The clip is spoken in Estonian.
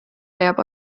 leiab